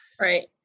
Right